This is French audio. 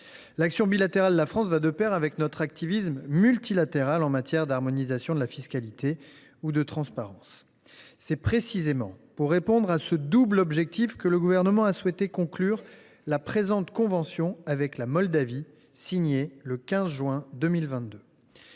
L’action bilatérale de la France va de pair avec notre activisme multilatéral en matière d’harmonisation de la fiscalité ou de transparence. C’est précisément pour répondre à ce double objectif que le Gouvernement a souhaité conclure la présente convention avec la Moldavie, signée le 15 juin 2022.